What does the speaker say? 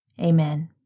Amen